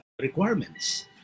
requirements